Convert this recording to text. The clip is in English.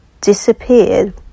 disappeared